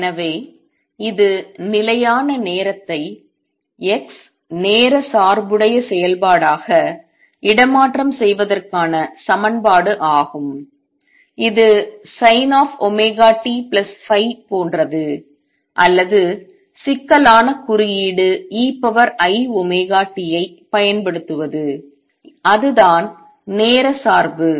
எனவே இது நிலையான நேரத்தை x நேர சார்புடைய செயல்பாடாக இடமாற்றம் செய்வதற்கான சமன்பாடு ஆகும் இது sin⁡ωtϕ போன்றது அல்லது சிக்கலான குறியீடு eiωt ஐப் பயன்படுத்துவது அதுதான் நேர சார்பு